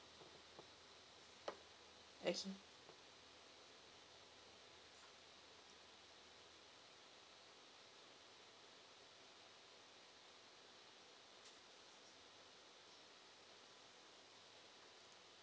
okay